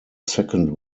second